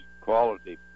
quality